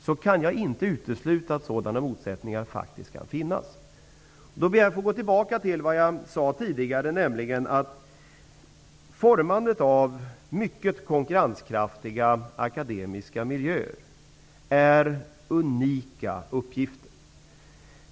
Jag kan inte utesluta att sådana motsättningar kan finnas. Jag vill gå tillbaka till vad jag sade tidigare. Formandet av mycket konkurrenskraftiga akademiska miljöer är unika uppgifter.